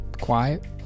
quiet